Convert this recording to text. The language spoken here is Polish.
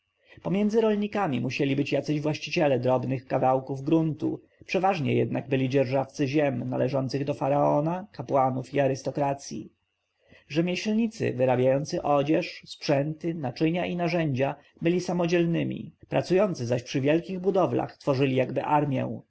między rolnikami musieli być jacyś właściciele drobnych kawałków gruntu przeważnie jednak byli dzierżawcy ziem należących do faraona kapłanów i arystokracji rzemieślnicy wyrabiający odzież sprzęty naczynia i narzędzia byli samodzielnymi pracujący zaś przy wielkich budowlach tworzyli jakby armję